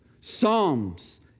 psalms